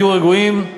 תהיו רגועים,